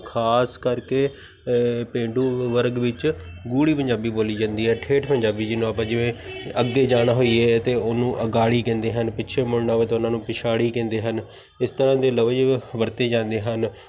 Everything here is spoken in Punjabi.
ਖਾਸ ਕਰਕੇ ਪੇਂਡੂ ਵਰਗ ਵਿੱਚ ਗੂੜ੍ਹੀ ਪੰਜਾਬੀ ਬੋਲੀ ਜਾਂਦੀ ਹੈ ਠੇਠ ਪੰਜਾਬੀ ਜਿਹਨੂੰ ਆਪਾਂ ਜਿਵੇਂ ਅੱਗੇ ਜਾਣਾ ਹੋਈਏ ਅਤੇ ਉਹਨੂੰ ਅਗਾੜੀ ਕਹਿੰਦੇ ਹਨ ਪਿੱਛੇ ਮੁੜਨਾ ਹੋਵੇ ਤਾਂ ਉਹਨਾਂ ਨੂੰ ਪਿਛਾੜੀ ਕਹਿੰਦੇ ਹਨ ਇਸ ਤਰ੍ਹਾਂ ਦੇ ਲਫ਼ਜ਼ ਵਰਤੇ ਜਾਂਦੇ ਹਨ